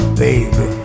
baby